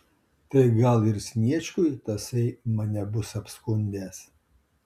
tai gal ir sniečkui tasai mane bus apskundęs